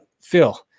Phil